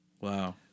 Wow